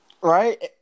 Right